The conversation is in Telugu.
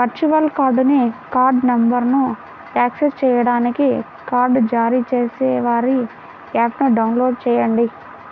వర్చువల్ కార్డ్ని కార్డ్ నంబర్ను యాక్సెస్ చేయడానికి కార్డ్ జారీ చేసేవారి యాప్ని డౌన్లోడ్ చేయండి